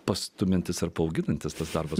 pastumiantis ar paauginantis tas darbas